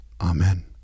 Amen